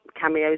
cameos